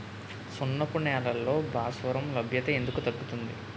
సున్నపు నేలల్లో భాస్వరం లభ్యత ఎందుకు తగ్గుతుంది?